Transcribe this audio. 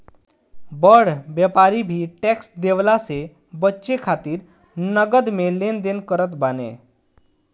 बड़ व्यापारी भी टेक्स देवला से बचे खातिर नगद में लेन देन करत बाने